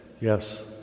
Yes